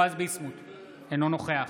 אינו נוכח